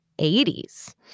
80s